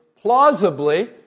plausibly